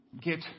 get